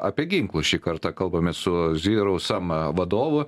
apie ginklus šį kartą kalbamės su zerosum vadovu